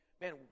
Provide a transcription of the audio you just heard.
man